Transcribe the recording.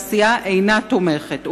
והסיעה אינה תומכת.